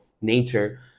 nature